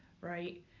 Right